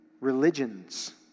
religions